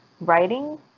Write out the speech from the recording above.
writing